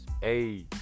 Hey